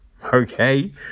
Okay